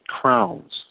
crowns